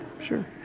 sure